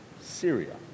Syria